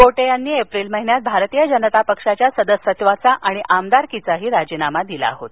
गोटे यांनी एप्रिल महिन्यात भारतीय जनता पक्षाच्या सदस्यत्वाचा आणि आमदारकीचा राजीनामा दिला होता